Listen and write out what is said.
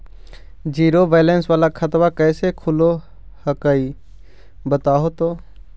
Zero balance वाला खतवा कैसे खुलो हकाई बताहो तो?